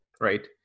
right